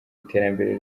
iterambere